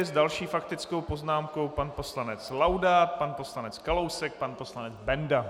S další faktickou poznámkou pan poslanec Laudát, pan poslanec Kalousek, pan poslanec Benda.